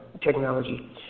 technology